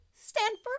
Stanford